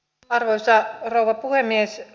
arvoisa rouva puhemies